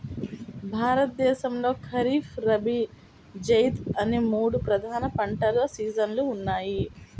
భారతదేశంలో ఖరీఫ్, రబీ, జైద్ అనే మూడు ప్రధాన పంటల సీజన్లు ఉన్నాయి